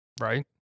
Right